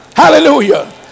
Hallelujah